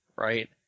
right